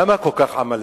למה עמלק?